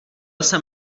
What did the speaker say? jsem